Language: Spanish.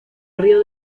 río